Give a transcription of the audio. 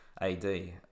AD